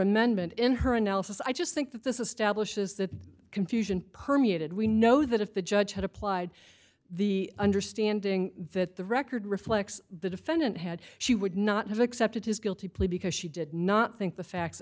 amendment in her analysis i just think that this establishes that confusion permeated we know that if the judge had applied the understanding that the record reflects the defendant had she would not have accepted his guilty plea because she did not think the facts